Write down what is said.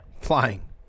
Flying